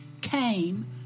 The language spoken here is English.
came